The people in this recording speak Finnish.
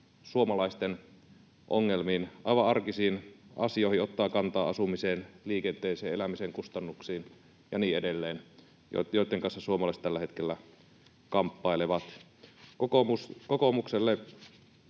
suomalaisten ongelmiin, aivan arkisiin asioihin, ottaa kantaa asumiseen, liikenteeseen, elämisen kustannuksiin ja niin edelleen, joitten kanssa suomalaiset tällä hetkellä kamppailevat. Kokoomukselle